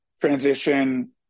transition